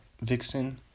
vixen